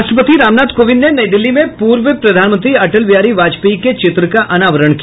राष्ट्रपति रामनाथ कोविंद ने नई दिल्ली में पूर्व प्रधानमंत्री अटल बिहारी वाजपेयी के चित्र का अनावरण किया